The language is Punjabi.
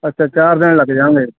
ਅੱਛਾ ਚਾਰ ਦਿਨ ਲੱਗ ਜਾਣਗੇ